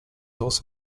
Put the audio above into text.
also